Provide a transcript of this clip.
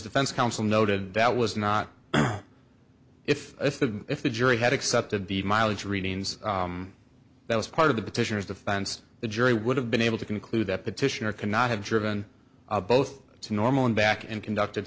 defense counsel noted that was not if if the if the jury had accepted the mileage readings that was part of the petitioners the fans the jury would have been able to conclude that petitioner cannot have driven both to normal and back and conduct